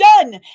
done